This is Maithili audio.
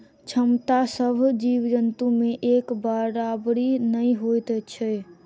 क्षमता सभ जीव जन्तु मे एक बराबरि नै होइत छै